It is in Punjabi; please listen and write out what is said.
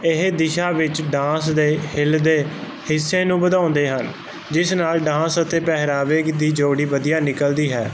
ਇਹ ਦਿਸ਼ਾ ਵਿੱਚ ਡਾਂਸ ਦੇ ਹਿੱਲ ਦੇ ਹਿੱਸੇ ਨੂੰ ਵਧਾਉਂਦੇ ਹਨ ਜਿਸ ਨਾਲ ਡਾਂਸ ਅਤੇ ਪਹਿਰਾਵੇ ਦੀ ਜੋੜੀ ਵਧੀਆ ਨਿਕਲਦੀ ਹੈ